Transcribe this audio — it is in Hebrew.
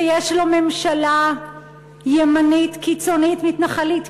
שיש לו ממשלה ימנית, קיצונית מתנחלית?